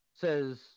says